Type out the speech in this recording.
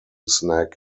snack